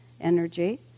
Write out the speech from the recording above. energy